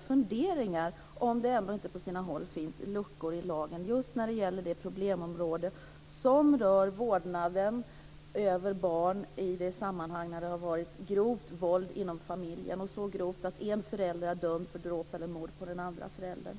få ha kring om det ändå inte på sina håll finns luckor i lagen just när det gäller det problemområde som rör vårdnaden av barn i sammanhang där det varit grovt våld inom familjen, och så grovt att en förälder är dömd för dråp eller mord på den andra föräldern.